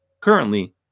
currently